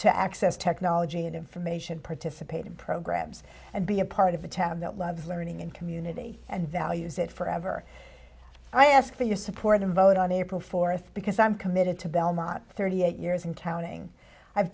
to access technology and information participate in programs and be a part of a town that loves learning and community and values it forever i ask for your support and vote on april fourth because i'm committed to belmont thirty eight years and counting i've